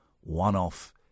one-off